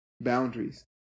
boundaries